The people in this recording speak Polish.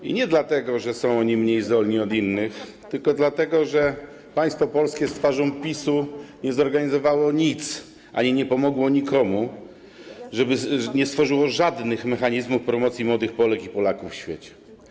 I nie dlatego, że są oni mniej zdolni od innych, tylko dlatego, że państwo polskie z twarzą PiS-u nie zorganizowało nic ani nie pomogło nikomu, nie stworzyło żadnych mechanizmów promocji młodych Polek i Polaków w świecie.